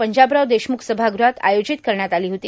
पंजाबराव देशमुख सभागृहात आयोजित करण्यात आलों होती